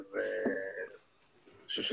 זה